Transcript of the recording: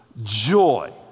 Joy